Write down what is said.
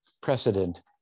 precedent